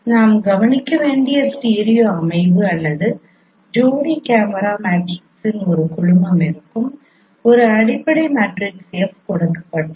நாம் கவனிக்க வேண்டிய ஸ்டீரியோ அமைவு அல்லது ஜோடி கேமரா மேட்ரிக்ஸின் ஒரு குழுமம் இருக்கும் ஒரு அடிப்படை மேட்ரிக்ஸ் F கொடுக்கப்பட்டால்